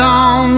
on